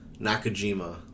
Nakajima